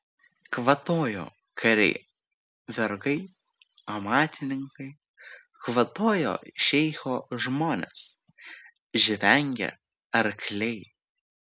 kvatojo kariai vergai amatininkai kvatojo šeicho žmonos žvengė arkliai